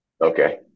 Okay